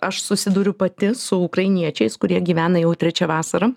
aš susidūriu pati su ukrainiečiais kurie gyvena jau trečia vasara